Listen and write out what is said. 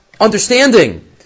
understanding